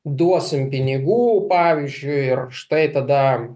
duosim pinigų pavyzdžiui ir štai tada